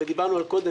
ודיברנו על זה קודם,